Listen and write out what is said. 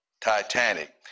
Titanic